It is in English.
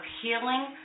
healing